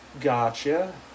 Gotcha